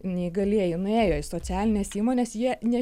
neįgalieji nuėjo į socialines įmones jie ne